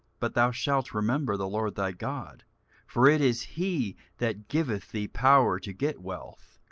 but thou shalt remember the lord thy god for it is he that giveth thee power to get wealth,